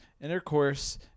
Intercourse